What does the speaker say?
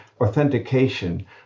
authentication